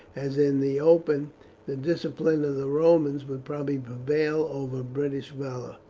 as in the open the discipline of the romans would probably prevail over british valour.